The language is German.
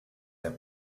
der